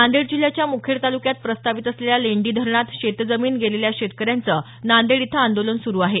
नांदेड जिल्हाच्या मुखेड तालुक्यात प्रस्तावित असलेल्या लेंडी धरणात शेतजमीन गेलेल्या शेतकऱ्यांचं नांदेड इथं आंदोलन सुरू आहे